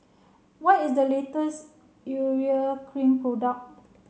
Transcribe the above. what is the latest urea cream product